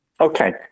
Okay